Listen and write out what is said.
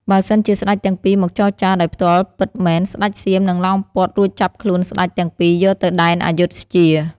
បើសិនជាស្ដេចទាំងពីរមកចរចារដោយផ្ទាល់ពិតមែន ស្ដេចសៀមនិងឡោមព័ទ្ធរួចចាប់ខ្លួនស្ដេចទាំងពីរយកទៅដែនអាយុធ្យា ។